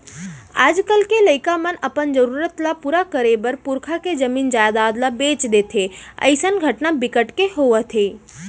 आजकाल के लइका मन अपन जरूरत ल पूरा करे बर पुरखा के जमीन जयजाद ल बेच देथे अइसन घटना बिकट के होवत हे